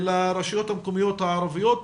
לרשויות המקומיות הערביות,